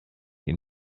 ihn